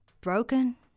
broken